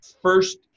first